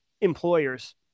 employers